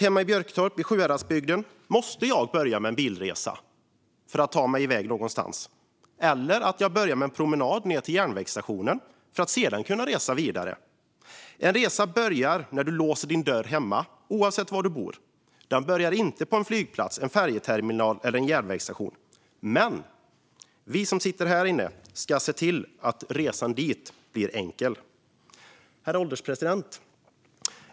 Hemma i Björketorp i Sjuhäradsbygden måste jag börja med en bilresa för att ta mig iväg någonstans eller börja med en promenad ned till järnvägsstationen för att sedan kunna resa vidare. En resa börjar när du låser din dörr hemma oavsett var du bor. Den börjar inte på en flygplats, en färjeterminal eller en järnvägsstation. Men vi som sitter härinne ska se till att resan dit blir enkel. Herr ålderspresident!